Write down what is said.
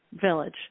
Village